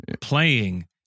playing